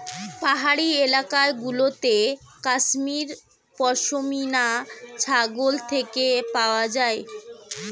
পাহাড়ি এলাকা গুলোতে কাশ্মীর পশমিনা ছাগল থেকে পাওয়া যায়